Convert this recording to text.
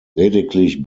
lediglich